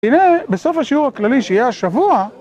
הנה בסוף השיעור הכללי שיהיה השבוע